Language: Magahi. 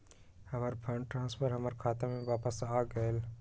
हमर फंड ट्रांसफर हमर खाता में वापस आ गेल